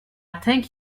think